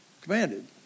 Commanded